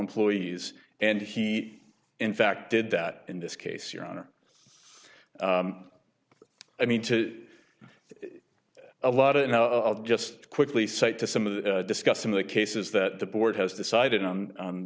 employees and he in fact did that in this case your honor i mean to a lot and i'll just quickly cite to some of the discuss some of the cases that the board has decided on